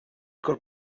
col